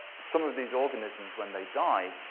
some of these organisms, when they die,